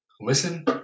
listen